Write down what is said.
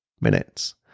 minutes